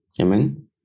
Amen